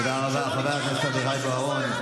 שלא, תודה רבה, חבר הכנסת אביחי אברהם בוארון.